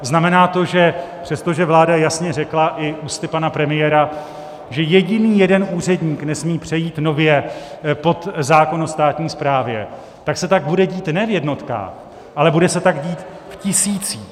Znamená to, že přestože vláda jasně řekla i ústy pana premiéra, že jeden jediný úředník nesmí přejít nově pod zákon o státní správě, tak se tak bude dít ne v jednotkách, ale bude se tak dít v tisících.